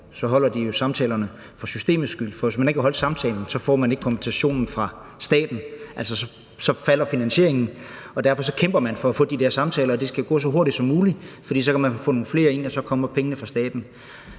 så holder de jo samtalerne for systemets skyld. For hvis man ikke holder samtalerne, får man ikke kompensationen fra staten, og så falder finansieringen. Derfor kæmper man for at få de der samtaler, og det skal gå så hurtigt som muligt, for så kan man få nogle flere ind, og så kommer pengene fra staten.